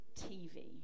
TV